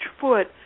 foot